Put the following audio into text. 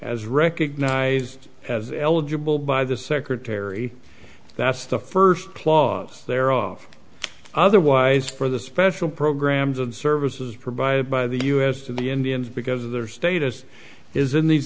as recognized as eligible by the secretary that's the first clause there off otherwise for the special programs of services provided by the u s to the indians because of their status is in these